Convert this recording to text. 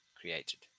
created